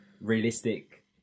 realistic